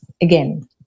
again